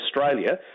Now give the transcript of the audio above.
Australia